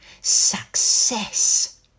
success